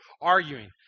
arguing